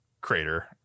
crater